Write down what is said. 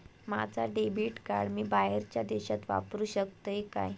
माझा debit card मी बाहेरच्या देशात वापरू शकतय काय?